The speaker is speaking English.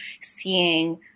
seeing